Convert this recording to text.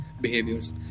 behaviors